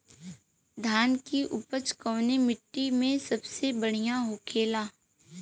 धान की उपज कवने मिट्टी में सबसे बढ़ियां होखेला?